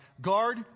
Guard